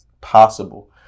possible